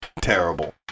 Terrible